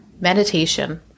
meditation